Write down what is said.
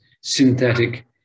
synthetic